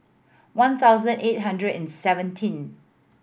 one thousand eight hundred and seventeen